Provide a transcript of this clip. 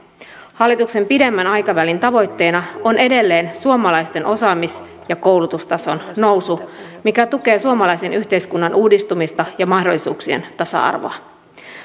hallituksen pidemmän aikavälin tavoitteena on edelleen suomalaisten osaamis ja koulutustason nousu mikä tukee suomalaisen yhteiskunnan uudistumista ja mahdollisuuksien tasa arvoa